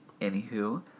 anywho